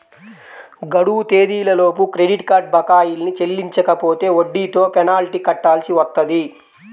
గడువు తేదీలలోపు credit card బకాయిల్ని చెల్లించకపోతే వడ్డీతో పెనాల్టీ కట్టాల్సి వత్తది